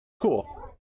cool